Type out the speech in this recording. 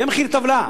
יהיה מחיר טבלה.